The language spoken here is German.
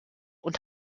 und